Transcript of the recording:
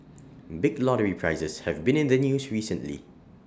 big lottery prizes have been in the news recently